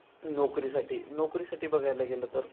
नोकरीसाठी नोकरीसाठी बघायला गेलं तर